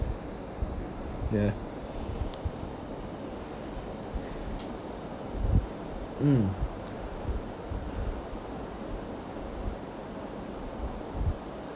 ya mm